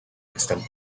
están